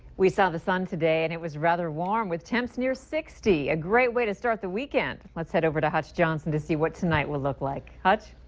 we saw the sun today! and it was rather warm. with temps near sixty! a great way to start the weekend! let's head over to hutch johnson to see what tonight will look like. hutch?